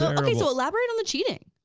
um okay, so elaborate on the cheating,